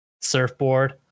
surfboard